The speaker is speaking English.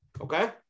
Okay